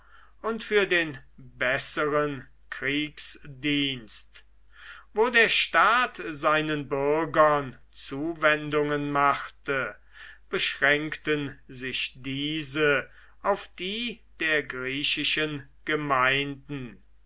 und für den besseren kriegsdienst wo der staat seinen bürgern zuwendungen machte beschränkten sich diese auf die der griechischen gemeinden